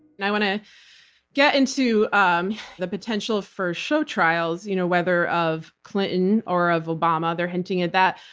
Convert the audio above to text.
now, i want to get into um the potential for show trials, you know whether of clinton or of obama, they're hinting at that.